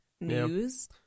news